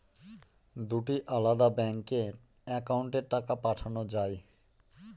দুটি আলাদা ব্যাংকে অ্যাকাউন্টের টাকা পাঠানো য়ায়?